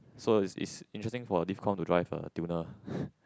so is is interesting for a Div Comm to drive a tuner